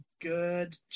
good